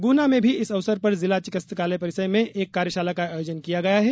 गुना में भी इस अवसर पर जिला चिकित्सालय परिसर में एक कार्यशाला का आयोजन किया गया है